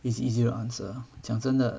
it's easy to answer 讲真的